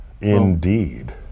Indeed